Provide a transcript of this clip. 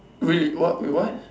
really what wait what